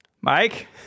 Mike